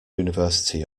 university